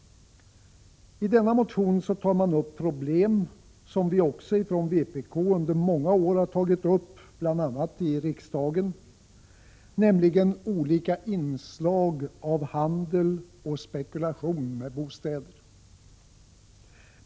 I denna motion tar man upp problem som också vi i vpk under många år har tagit upp, bl.a. i riksdagen. Det gäller olika inslag av handel och spekulation med bostäder.